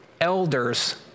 elders